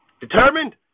Determined